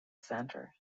center